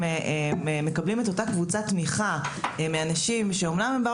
הם מקבלים את אותה קבוצת תמיכה מאנשים שאומנם באו